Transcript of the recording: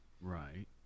Right